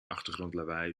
achtergrondlawaai